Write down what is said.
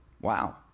Wow